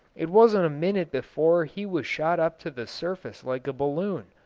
it wasn't a minute before he was shot up to the surface like a balloon.